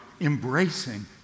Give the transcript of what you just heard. embracing